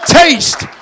taste